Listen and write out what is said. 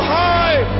high